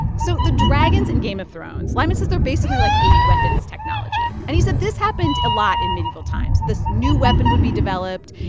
so the dragons in game of thrones lyman says they're basically like a weapons technology. and he said this happened a lot in medieval times. this new weapon would be developed.